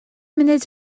munud